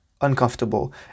uncomfortable